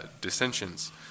dissensions